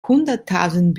hunderttausend